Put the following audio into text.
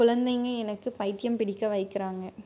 குழந்தைங்க எனக்கு பைத்தியம் பிடிக்க வைக்கிறாங்க